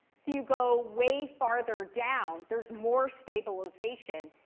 so you go way farther down, there's more stabilization.